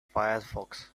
firefox